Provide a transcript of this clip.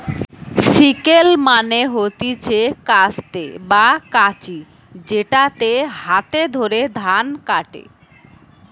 sickle মানে হতিছে কাস্তে বা কাঁচি যেটাতে হাতে করে ধান কাটে